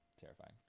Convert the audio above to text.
Terrifying